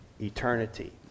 eternity